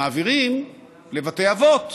מעבירים לבתי אבות.